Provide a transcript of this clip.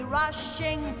rushing